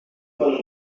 pas